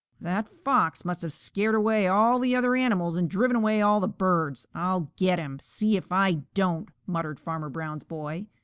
that fox must have scared away all the other animals and driven away all the birds. i'll get him! see if i don't! muttered farmer brown's boy,